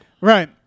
Right